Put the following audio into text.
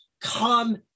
Come